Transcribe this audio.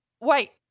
Wait